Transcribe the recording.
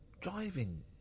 driving